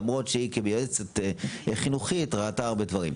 למרות שהיא כיועצת חינוכית ראתה הרבה דברים.